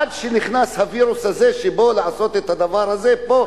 עד שנכנס הווירוס הזה שבאו לעשות את הדבר הזה פה,